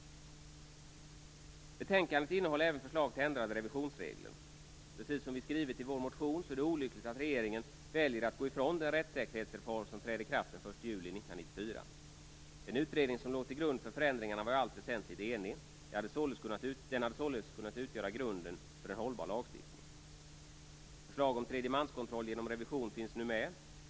Betänkandet innehåller även förslag till ändrade revisionsregler. Precis som vi skrivit i vår motion är det olyckligt att regeringen väljer att gå ifrån den rättssäkerhetsreform som trädde i kraft den 1 juli 1994. Den utredning som låg till grund för förändringarna var i allt väsentlig enig. Den hade således kunnat utgöra grunden för en hållbar lagstiftning. Förslag om tredjemanskontroll genom revision finns nu med.